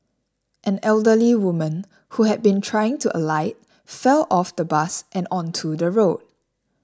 an elderly woman who had been trying to alight fell off the bus and onto the road